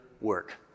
work